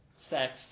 sex